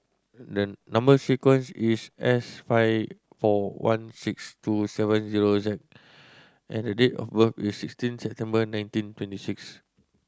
number sequence is S five four one six two seven zero Z and date of birth is sixteen September nineteen twenty six